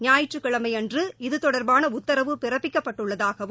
ஞாயிற்றுக்கிழமை அன்று இது தொடர்பான உத்தரவு பிறப்பிக்கப்பட்டுள்ளதாகவும்